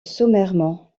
sommairement